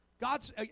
God's